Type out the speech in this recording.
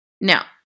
Now